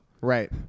right